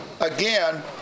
again